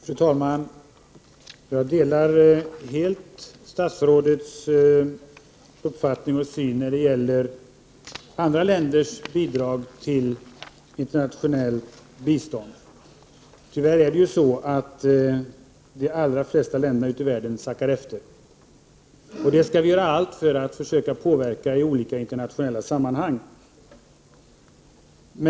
Fru talman! Jag delar helt statsrådet uppfattning och syn när det gäller andra länders bidrag till internationellt bistånd. Tyvärr sackar de allra flesta länder ute i världen efter. Detta skall vi emellertid göra allt för att försöka påverka i olika internationella sammanhang. Prot.